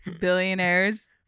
Billionaires